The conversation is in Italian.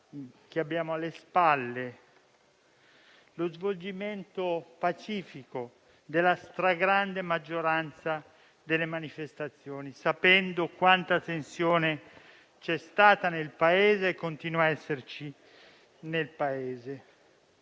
che abbiamo alle spalle, lo svolgimento pacifico della stragrande maggioranza delle manifestazioni, sapendo quanta tensione c'è stata e continua a esserci nel Paese.